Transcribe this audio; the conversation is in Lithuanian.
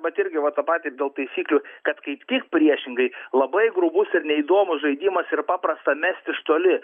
bet irgi va tą patį ir dėl taisyklių kad kaip tik priešingai labai grubus ir neįdomus žaidimas ir paprasta mest iš toli